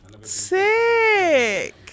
Sick